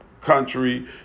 country